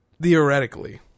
theoretically